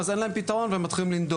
אז אין להם פתרון והם מתחילים לנדוד.